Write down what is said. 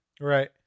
Right